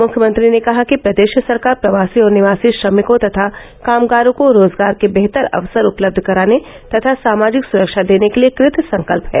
मुख्यमंत्री ने कहा कि प्रदेश सरकार प्रवासी और निवासी श्रमिकों तथा कामगारों को रोजगार के बेहतर अवसर उपलब्ध कराने तथा सामाजिक सुरक्षा देने के लिये कृत संकल्प है